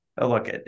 look